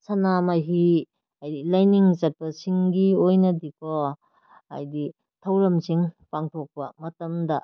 ꯁꯅꯥ ꯃꯍꯤ ꯍꯥꯏꯗꯤ ꯂꯥꯏꯅꯤꯡ ꯆꯠꯄꯁꯤꯡꯒꯤ ꯑꯣꯏꯅꯗꯤꯀꯣ ꯍꯥꯏꯗꯤ ꯊꯧꯔꯝꯁꯤꯡ ꯄꯥꯡꯊꯣꯛꯄ ꯃꯇꯝꯗ